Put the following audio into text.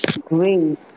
Great